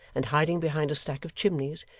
and hiding behind a stack of chimneys,